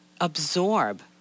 absorb